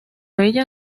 ella